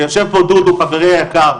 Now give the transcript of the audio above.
ויושב פה דודו חברי היקר,